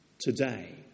today